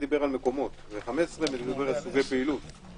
למרות שהסעיף בחוק דיבר על ריבוי משתתפים.